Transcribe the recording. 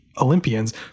Olympians